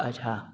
अच्छा